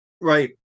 Right